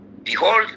Behold